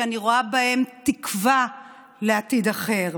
שאני רואה בהם תקווה לעתיד אחר.